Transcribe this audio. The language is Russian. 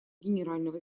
генерального